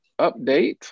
update